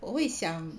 我会想